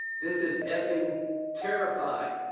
this is fing terrifying.